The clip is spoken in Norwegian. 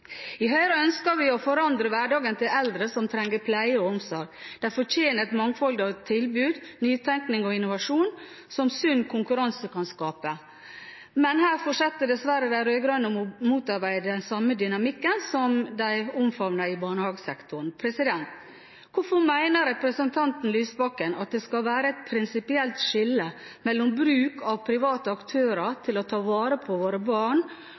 I Høyre ønsker vi å forandre hverdagen til eldre som trenger pleie og omsorg. De fortjener et mangfold av tilbud, nytenkning og innovasjon, som sunn konkurranse kan skape. Men her fortsetter dessverre de rød-grønne å motarbeide den samme dynamikken som de omfavnet i barnehagesektoren. Hvorfor mener representanten Lysbakken at det skal være et prinsipielt skille mellom bruk av private aktører til å ta vare på våre barn